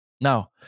Now